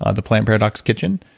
ah the plant paradox kitchen,